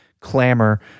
clamor